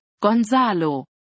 Gonzalo